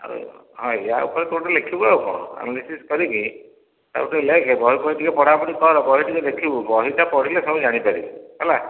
ଆଉ ଏହା ଉପରେ ତୁ ଗୋଟେ ଲେଖିବୁ ଆଉ କ'ଣ ଆନାଲିସିସ୍ କରିକି ତାହାକୁ ଟିକିଏ ଲେଖେ ବହି ଫହି ଟିକିଏ ପଢା ପଢି କର ବହି ଟିକିଏ ଦେଖିବୁ ବହିଟା ପଢ଼ିଲେ ସବୁ ଜାଣି ପାରିବୁ ହେଲା